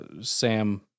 Sam